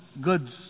goods